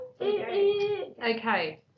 Okay